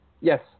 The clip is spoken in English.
Yes